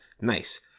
Nice